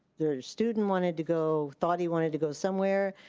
their student wanted to go, thought he wanted to go somewhere,